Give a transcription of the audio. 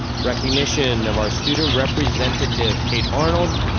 recognition of our student representative kate arnold,